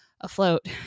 afloat